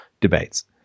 debates